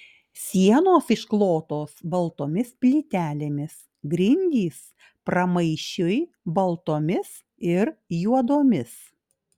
sienos išklotos baltomis plytelėmis grindys pramaišiui baltomis ir juodomis